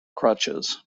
crutches